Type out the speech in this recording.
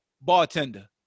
bartender